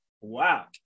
Wow